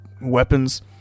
weapons